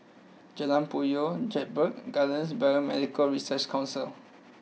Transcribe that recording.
Jalan Puyoh Jedburgh Gardens and Biomedical Research Council